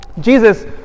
Jesus